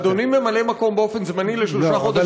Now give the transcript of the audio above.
אדוני ממלא מקום באופן זמני לשלושה חודשים,